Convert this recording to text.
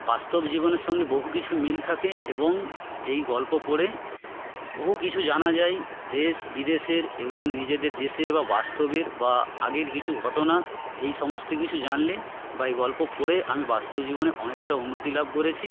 বাস্তব জীবনের সঙ্গে বহু কিছু মিল থাকে এবং এই গল্প পড়ে বহু কিছু জানা যায় দেশ বিদেশের এবং নিজেদের দেশের বা বাস্তবের বা আগের কিছু ঘটনা এই সমস্ত কিছু জানলে বা এই গল্প পড়ে আমি বাস্তব জীবনে অনেকটা উন্নতি লাভ করেছি